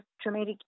traumatic